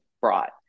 brought